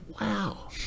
wow